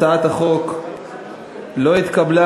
הצעת החוק לא התקבלה.